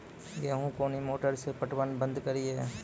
गेहूँ कोनी मोटर से पटवन बंद करिए?